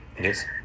yes